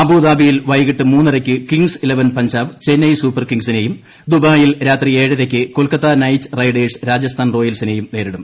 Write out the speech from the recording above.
അബുദാബിയിൽ വൈകിട്ട് മൂന്നരയ്ക്ക് Kings Eleven Punjab Chennai super കിങ്സിനെയും ദുബായിൽ രാത്രി ഏഴരയ്ക്ക് കൊൽക്കത്ത നൈറ്റ് റൈഡേഴ്സ് രാജസ്ഥാൻ റോയൽസിനെയും നേരിടും